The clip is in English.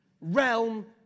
realm